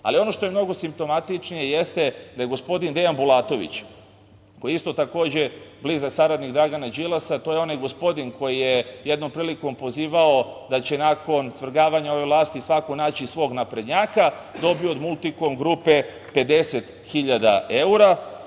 što je mnogo simptomatičnije jeste da je gospodin Dejan Bulatović, koji je isto takođe blizak saradnik Dragana Đilasa, to je onaj gospodin koji je jednom prilikom pozivao da će nakon svrgavanja ove vlasti svako naći svog naprednjaka, dobio od „Multikom grupe“ 50.000 evra